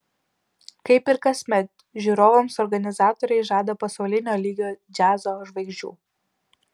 kaip ir kasmet žiūrovams organizatoriai žada pasaulinio lygio džiazo žvaigždžių